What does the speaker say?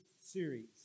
series